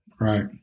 Right